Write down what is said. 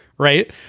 Right